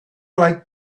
like